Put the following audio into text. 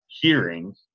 Hearing